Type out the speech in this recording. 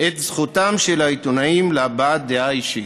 את זכותם של העיתונאים להבעת דעה אישית.